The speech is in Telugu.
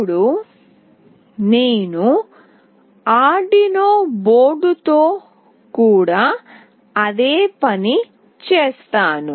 ఇప్పుడు నేను ఆర్డునో బోర్డుతో కూడా అదే పని చేస్తాను